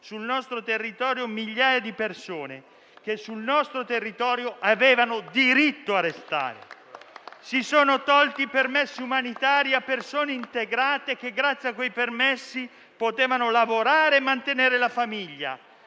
sul nostro territorio migliaia di persone che avevano diritto a restare. Si sono tolti i permessi umanitari a persone integrate che, grazie a quei permessi, potevano lavorare e mantenere la famiglia.